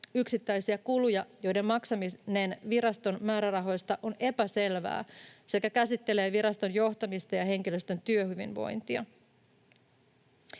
yksittäisiä kuluja, joiden maksaminen viraston määrärahoista on epäselvää, sekä käsittelee viraston johtamista ja henkilöstön työhyvinvointia.